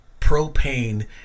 propane